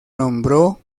nombró